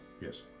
Yes